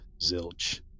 zilch